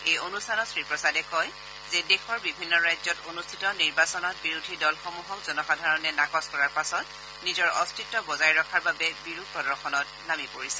এই অনূষ্ঠানত শ্ৰীপ্ৰসাদে কয় যে দেশৰ বিভিন্ন ৰাজ্যত অনুষ্ঠিত নিৰ্বাচনত বিৰোধী দলসমূহক জনসাধাৰণে নাকচ কৰাৰ পাছত নিজৰ অস্তিত্ব বৰ্তাই ৰখাৰ বাবে বিৰূপ প্ৰদৰ্শনত নামি পৰিছে